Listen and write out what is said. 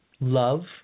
love